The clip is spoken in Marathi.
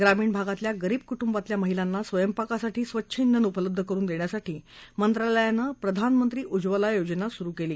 ग्रामीण भागातल्या गरीब कुटुंबातल्या महिलांना स्वयंपाकासाठी स्वच्छ श्वेन उपलब्ध करुन देण्यासाठी मंत्रालयानं प्रधानमंत्री उज्वला योजना सुरु केली